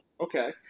okay